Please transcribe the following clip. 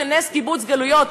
של נס קיבוץ גלוית.